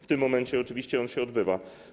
W tym momencie oczywiście to się odbywa.